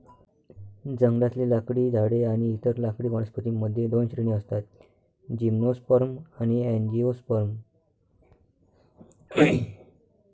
जंगलातले लाकडी झाडे आणि इतर लाकडी वनस्पतीं मध्ये दोन श्रेणी असतातः जिम्नोस्पर्म आणि अँजिओस्पर्म